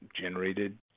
generated